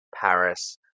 Paris